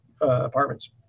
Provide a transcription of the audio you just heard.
apartments